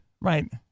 right